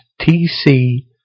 tc